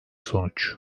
sonuç